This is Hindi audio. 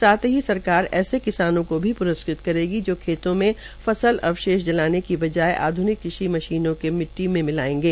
साथ ही सरकार ऐसे किसानों को भी प्रस्कृत करेगा जो खेतों में फसल अवशेष जलाने की बजाय आध्निक कृषि मशीनों से मिट्टी में मिलायेंगे